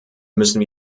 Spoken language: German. müssen